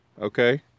Okay